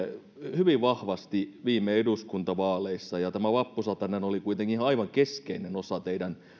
hyvin vahvasti viime eduskuntavaaleissa tämä vappusatanen oli kuitenkin aivan keskeinen osa teidän